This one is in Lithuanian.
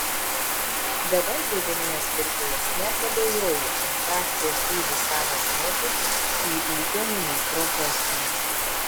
dabar gediminas kirkilas net abejoja ar frakcija siūlys savą žmogų į ūkio ministro postą